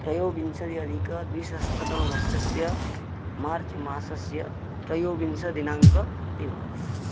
त्रयोविंसति अधिकद्विसहस्रतमवर्षस्य मार्च् मासस्य त्रयोविंशदिनाङ्कः इति भवति